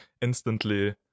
instantly